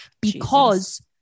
because-